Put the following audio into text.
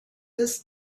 this